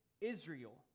Israel